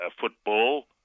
football